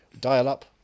dial-up